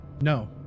No